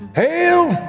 hail!